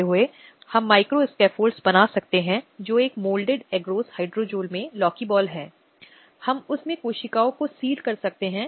इसलिए जो महत्वपूर्ण है वह है एक साथ रहने वाले लोग एक साझा घर में और वे या तो विवाह से या गोद लेने आदि से संबंधित हैं वे एक दूसरे से संबंधित हैं